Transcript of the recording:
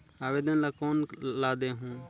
आवेदन ला कोन ला देहुं?